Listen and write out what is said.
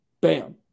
bam